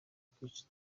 kwica